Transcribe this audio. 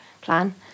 plan